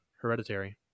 hereditary